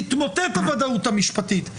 תתמוטט הוודאות המשפטית.